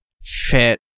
fit